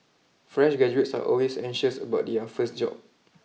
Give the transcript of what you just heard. fresh graduates are always anxious about their first job